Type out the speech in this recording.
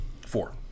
Four